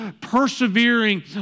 persevering